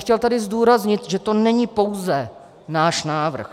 Chtěl bych tady zdůraznit, že to není pouze náš návrh.